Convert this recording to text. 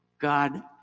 God